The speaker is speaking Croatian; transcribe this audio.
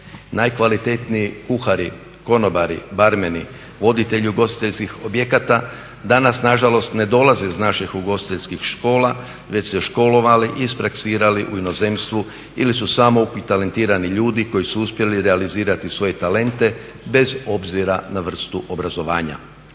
Najkvalitetniji kuhari, konobari, barmeni, voditelji ugostiteljskih objekata danas nažalost ne dolaze iz naših ugostiteljskih škola već su se školovali i ispraksirali u inozemstvu ili su samouki talentirani ljudi koji su uspjeli realizirati svoje talente bez obzira na vrstu obrazovanja.